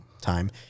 time